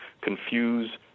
confuse